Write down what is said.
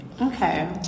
Okay